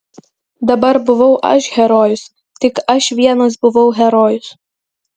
dabar buvau aš herojus tik aš vienas buvau herojus